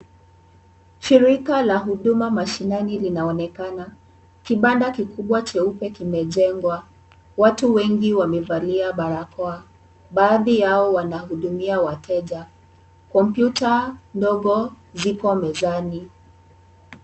Shirika la huduma mashinani linaonekana. Kibanda kikubwa cheupe kimejengwa. Watu wengi wamevalia barakoa, baadhi yao wana hudumia wateja. Kompyuta, ndogo, ziko mezani.